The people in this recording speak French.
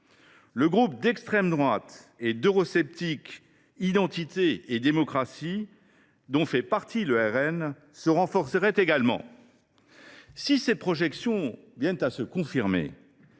Le groupe d’extrême droite et d’eurosceptiques Identité et démocratie, dont fait partie le RN, se renforcerait également. Si ces projections venaient à se confirmer,